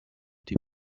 die